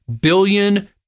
billion